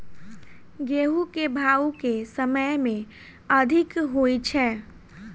गेंहूँ केँ भाउ केँ समय मे अधिक होइ छै?